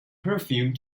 perfume